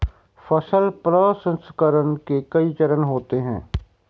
फसल प्रसंसकरण के कई चरण होते हैं